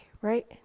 right